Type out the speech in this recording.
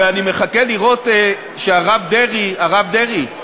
ואני מחכה לראות שהרב דרעי הרב דרעי,